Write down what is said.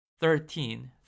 Thirteen